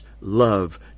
love